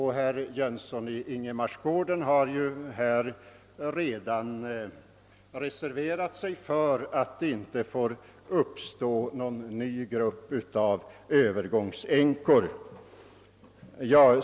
Herr Jönsson i Ingemarsgården har redan reserverat sig för att det inte får uppstå någon ny grupp av »övergångsänkor».